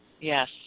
yes